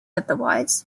otherwise